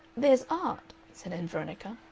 there's art, said ann veronica,